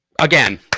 again